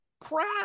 crap